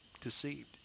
deceived